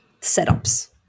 setups